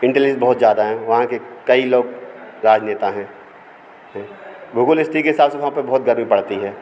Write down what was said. intelligence बहुत ज़्यादा हैं वहाँ के कई लोग राजनेता हैं हैं भूगोल स्थिति के हिसाब से वहाँ पे बहुत गर्मी पड़ती है